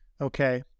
Okay